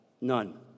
None